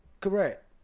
Correct